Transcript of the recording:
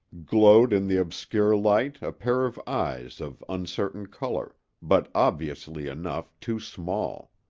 glowed in the obscure light a pair of eyes of uncertain color, but obviously enough too small.